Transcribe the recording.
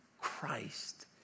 Christ